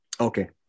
Okay